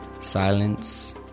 Silence